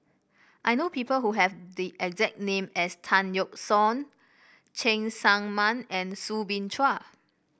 I know people who have the exact name as Tan Yeok Seong Cheng Tsang Man and Soo Bin Chua